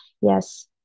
yes